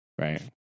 Right